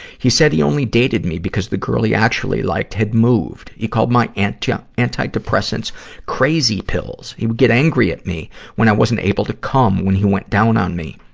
he said he only dated me because the girl he actually liked had moved. he called my and yeah anti-depressants crazy pills. he would get angry at me when i wasn't able to cum when he went down on me.